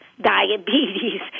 diabetes